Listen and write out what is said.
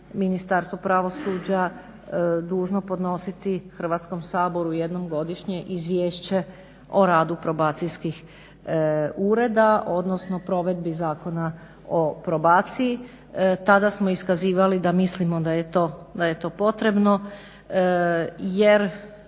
Ministarstvo pravosuđa dužno podnositi Hrvatskom saboru jednom godišnje Izvješće o radu probacijskih ureda, odnosno provedbi Zakona o probaciji. Tada smo iskazivali da mislimo da je to potrebno, jer